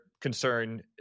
concern